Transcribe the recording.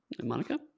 Monica